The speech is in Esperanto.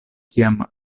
kiam